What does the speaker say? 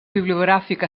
bibliogràfic